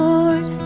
Lord